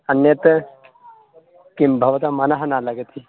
अन्यत् किं भवतां मनः न लगति